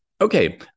okay